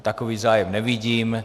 Takový zájem nevidím.